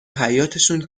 حیاطشون